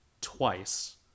twice